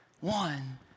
one